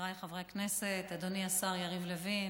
חבריי חברי הכנסת, אדוני השר יריב לוין,